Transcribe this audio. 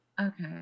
Okay